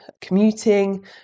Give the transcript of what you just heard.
commuting